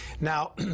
Now